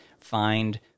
find